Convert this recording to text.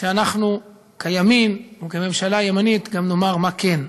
שאנחנו כימין וכממשלה ימנית גם נאמר מה כן,